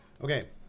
okay